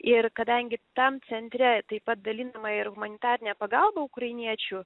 ir kadangi tam centre taip pat dalinama ir humanitarinė pagalba ukrainiečių